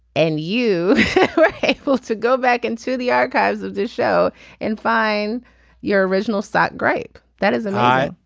and you were able to go back into the archives of this show and find your original sock. great that is an eye.